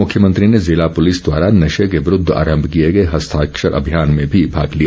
मुख्यमंत्री ने जिला पुलिस द्वारा नशे के विरूद्व आरम्म किए गए हस्ताक्षर अभियान में भी भाग लिया